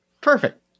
Perfect